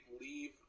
leave